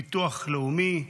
הביטוח הלאומי,